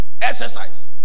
Exercise